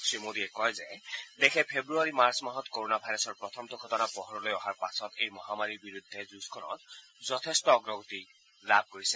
শ্ৰী মোদীয়ে কয় যে দেশে ফেব্ৰুৱাৰী মাৰ্চ মাহত ক'ৰ'না ভাইৰাছৰ প্ৰথমটো ঘটনা পোহৰলৈ অহাৰ পাছত এই মহামাৰীৰ বিৰুদ্ধে যুঁজখনত যথেষ্ট অগ্ৰগতি লাভ কৰিছে